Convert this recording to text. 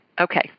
Okay